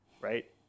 right